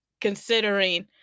considering